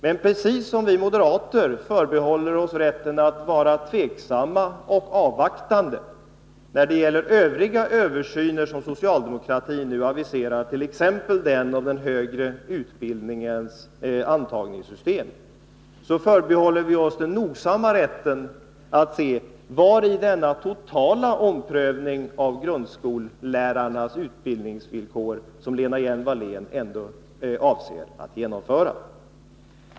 Men precis som vi moderater förbehåller oss rätten att vara tveksamma och avvaktande när det gäller all övrig översyn som socialdemokratin nu aviserar, t.ex. av den högre utbildningens antagningssystem, så förbehåller vi oss den nogsamma rätten att se vari den totala omprövning av grundskolelärarnas arbetsvillkor består som Lena Hjelm-Wallén avser att genomföra.